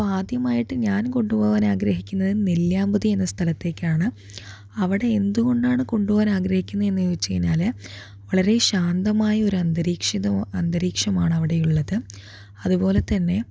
അപ്പോൾ ആദ്യമായിട്ട് ഞാൻ കൊണ്ട് പോകാനാഗ്രഹിക്കുന്നത് നെല്ലിയാംമ്പതി എന്ന സ്ഥലത്തേക്കാണ് അവിടെ എന്തുകൊണ്ടാണ് കൊണ്ടു പോകാനാഗ്രഹിക്കുന്നതെന്ന് ചോദിച്ച് കഴിഞ്ഞാല് വളരെ ശാന്തമായൊരന്തരീക്ഷിതവു അന്തരീക്ഷമാണവിടെയുള്ളത് അതുപോലെ തന്നെ